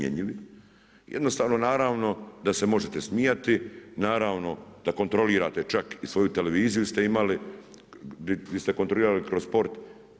Jednostavno naravno da se možete smijati, naravno da kontrolirate čak i svoju televiziju ste imali di ste kontrolirali kroz sport.